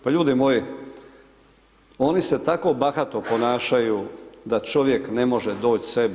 Pa ljudi moji, oni se tako bahato ponašaju da čovjek ne može doći sebi.